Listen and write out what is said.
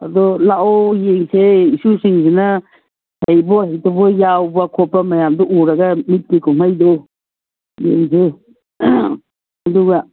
ꯑꯗꯣ ꯂꯥꯛꯑꯣ ꯌꯦꯡꯁꯦ ꯏꯁꯨꯁꯤꯡꯗꯨꯅ ꯍꯩꯕꯣꯏ ꯍꯩꯇꯕꯣꯏ ꯌꯥꯎꯕ ꯈꯣꯠꯄ ꯃꯌꯥꯝꯗꯣ ꯎꯔꯒ ꯃꯤꯠꯀꯤ ꯀꯨꯝꯍꯩꯗꯣ ꯌꯦꯡꯁꯦ ꯑꯗꯨꯒ